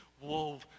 whoa